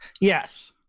Yes